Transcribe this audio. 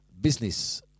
Business